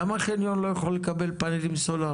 למה חניון עד גובה מסוים לא יכול לקבל פאנלים סולאריים?